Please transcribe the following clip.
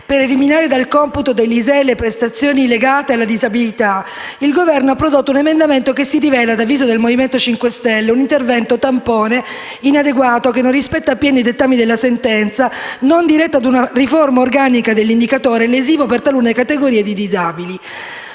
per eliminare dal computo dell'ISEE le prestazioni legate alla disabilità, il Governo ha prodotto un emendamento che si rivela, ad avviso del Movimento 5 Stelle, un intervento tampone e inadeguato, che non rispetta appieno i dettami della sentenza, non diretto ad una riforma organica dell'indicatore e lesivo per talune categorie di disabili.